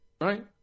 Right